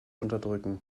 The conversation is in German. unterdrücken